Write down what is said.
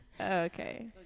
Okay